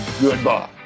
goodbye